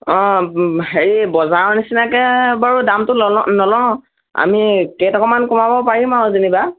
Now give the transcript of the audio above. অঁ হেৰি বজাৰৰ নিচিনাকৈ বাৰু দামটো লল নলওঁ আমি কেইটকামান কমাব পাৰিম আৰু যেনিবা